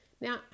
Now